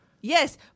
Yes